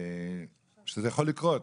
שזה יכול לקרות.